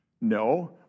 No